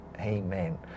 Amen